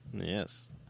Yes